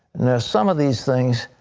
some of these things,